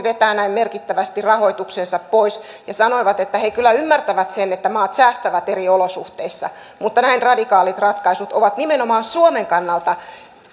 vetää näin merkittävästi rahoituksensa pois ja sanoivat että he kyllä ymmärtävät sen että maat säästävät eri olosuhteissa mutta näin radikaalit ratkaisut ovat nimenomaan suomen kannalta